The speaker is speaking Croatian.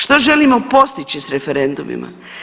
Što želimo postići s referendumima?